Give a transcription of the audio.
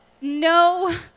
no